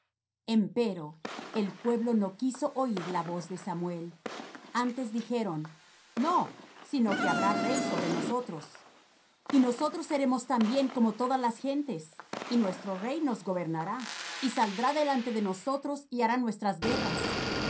en aquel día empero el pueblo no quiso oir la voz de samuel antes dijeron no sino que habrá rey sobre nosotros y nosotros seremos también como todas las gentes y nuestro rey nos gobernará y saldrá delante de nosotros y hará nuestras guerras